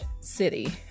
city